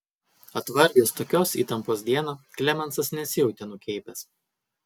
atvargęs tokios įtampos dieną klemensas nesijautė nukeipęs